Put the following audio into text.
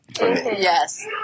Yes